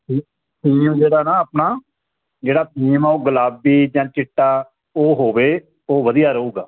theme ਜਿਹੜਾ ਨਾ ਆਪਣਾ ਜਿਹੜਾ ਥੀਮ ਆ ਉਹ ਗੁਲਾਬੀ ਜਾਂ ਚਿੱਟਾ ਉਹ ਹੋਵੇ ਉਹ ਵਧੀਆ ਰਹੂਗਾ